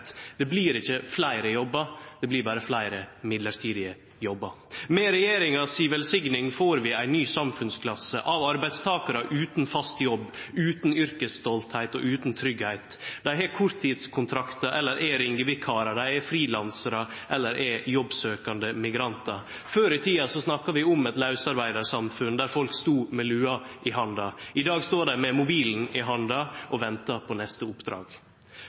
Det blir ikkje fleire jobbar, det blir berre fleire mellombelse jobbar. Med regjeringa si velsigning får vi ei ny samfunnsklasse av arbeidstakarar utan fast jobb, utan yrkesstoltheit og utan tryggleik. Dei har korttidskontraktar eller er ringevikarar, dei er frilansarar, eller dei er jobbsøkjande migrantar. Før i tida snakka vi om eit lausarbeidarsamfunn, der folk stod med lua i handa. I dag står dei med mobilen i handa og ventar på neste oppdrag.